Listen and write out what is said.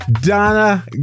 Donna